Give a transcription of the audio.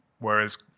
Whereas